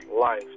life